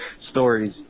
stories